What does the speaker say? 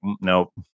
nope